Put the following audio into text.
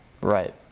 Right